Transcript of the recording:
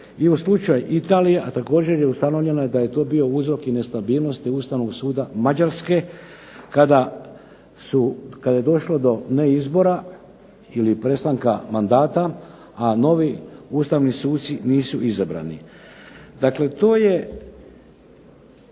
i u slučaju Italije, a također je ustanovljeno da je to bio uzrok i nestabilnosti Ustavnog suda Mađarske kada je došlo do neizbora ili prestanka mandata, a novi ustavni suci nisu izabrani. Dakle to je